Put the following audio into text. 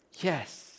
Yes